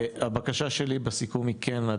הבקשה שלי בסיכום היא כן,